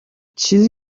چیزی